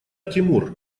тимур